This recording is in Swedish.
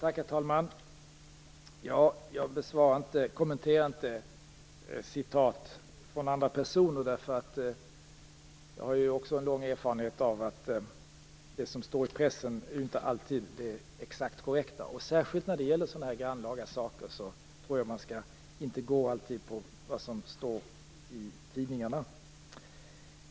Herr talman! Jag kommenterar inte citat från andra personer. Jag har en lång erfarenhet av att det som står i pressen inte alltid är exakt korrekt. Särskilt när det gäller så här grannlaga saker tror jag att man inte alltid skall utgå från det som står i tidningarna.